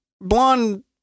blonde